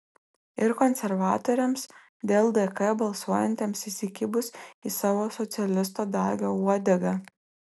ir konservatoriams dėl dk balsuojantiems įsikibus į savo socialisto dagio uodegą